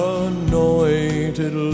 anointed